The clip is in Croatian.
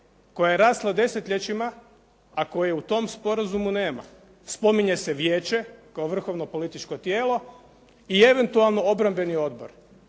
koja je rasla desetljećima, a koje u tom sporazumu nema. Spominje se Vijeće kao vrhovno političko tijelo i eventualno obrambeni odbor.